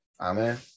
Amen